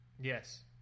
Yes